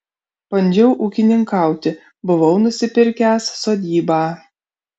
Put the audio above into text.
bandžiau ūkininkauti buvau nusipirkęs sodybą